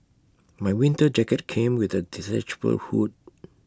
my winter jacket came with A detachable hood